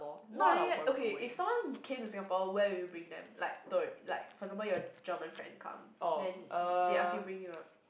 not really eh okay if someone came to Singapore where will you bring them like like for example your German friend come then (E) they ask you to bring you a~